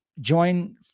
join